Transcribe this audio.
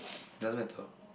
doesn't matter